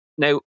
Now